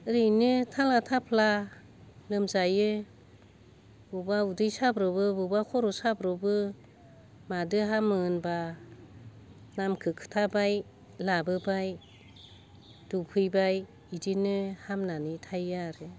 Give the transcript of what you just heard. ओरै थाङा थाफ्ला लोमजायो ब'बा उदै साब्रबो अबा खर' साब्रबो मादो हामो होनबा नाखौ खोथाबाय लाबोबाय दौफैबाय बिदिनो हामनानै थायो आरो